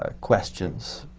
ah questions.